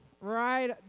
Right